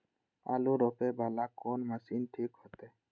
आलू रोपे वाला कोन मशीन ठीक होते?